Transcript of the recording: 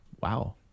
wow